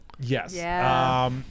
Yes